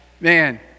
Man